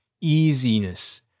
easiness